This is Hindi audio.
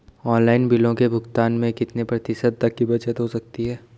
ऑनलाइन बिलों के भुगतान में कितने प्रतिशत तक की बचत हो सकती है?